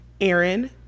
Aaron